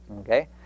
Okay